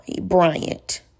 Bryant